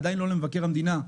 עדיין לא למבקר המדינה,